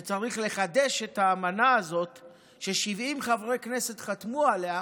וצריך לחדש את האמנה הזאת ש-70 חברי כנסת חתמו עליה,